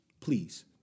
please